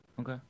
Okay